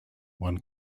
one